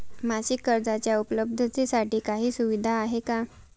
मासिक कर्जाच्या उपलब्धतेसाठी काही सुविधा आहे का?